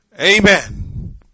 Amen